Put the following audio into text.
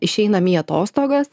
išeinam į atostogas